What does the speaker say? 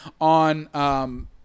On